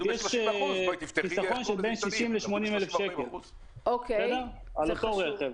יש חיסכון של בין 60,000 ל-80,000 שקל על אותו רכב.